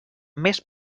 més